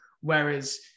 Whereas